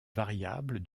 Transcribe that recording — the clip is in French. variable